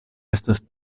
estas